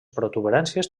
protuberàncies